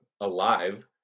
alive